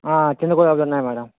చిన్న గులాబీలున్నాయి మేడం